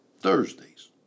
thursdays